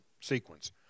sequence